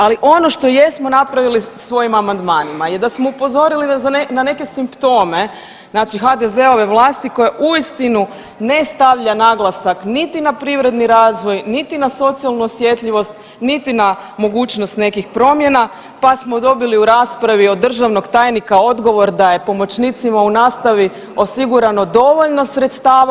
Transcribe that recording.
Ali ono što jesmo napravili svojim amandmanima je da smo upozorili na neke simptome znači HDZ-ove vlasti koja uistinu ne stavlja naglasak niti na privredni razvoj, niti na socijalnu osjetljivost, niti na mogućnost nekih promjena pa smo dobili u raspravi od državnog tajnika odgovor da je pomoćnicima u nastavi osigurano dovoljno sredstava.